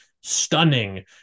stunning